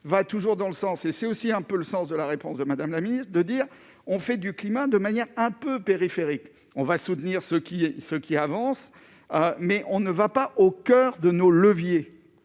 va toujours dans le sens et c'est aussi un peu le sens de la réponse de Madame la Ministre, de dire on fait du climat, de manière un peu périphérique on va soutenir ce qui ce qui avance, mais on ne va pas au coeur de nos leviers,